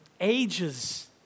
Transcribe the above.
Ages